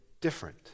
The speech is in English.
different